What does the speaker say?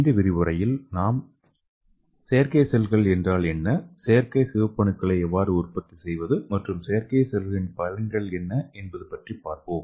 இந்த விரிவுரையில் நாம் செயற்கை செல்கள் என்றால் என்ன செயற்கை சிவப்பணுக்களை எவ்வாறு உற்பத்தி செய்வது மற்றும் செயற்கை செல்களின் பயன்கள் என்ன என்பது பற்றி பார்ப்போம்